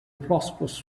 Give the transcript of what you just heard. prosperous